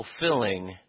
fulfilling